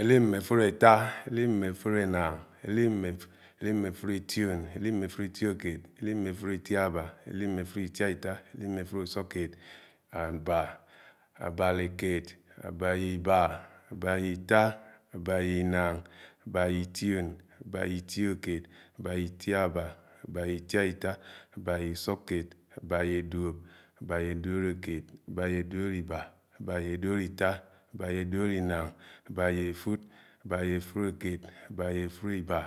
elip-me-efudeta, elip-me-efud anang, elip-me-efudition, elip-me-efudítiòkeed, elip-me-efuditiaba, elip-me-efudítiata, elip-me-efudúsukkéed, abaa, abaa-ne-ìnang, abaa-ne-iba, abaa-ne-ita, abaa-ne-ìnáng, abaa-ne-ition, abaa-ne-ìtìabá, abaa-ne-ìtiayia, abaa-ne-usùdkéed, abaa-ne-dúop, abaa-ne-duoloheed, abaa-ne-duoloíba, abaa-ne-duolita, abaa-ne-duolo-inang, abaa-ne-efud, abaa-ne-efudkeéd, abaa-ne-efudiba.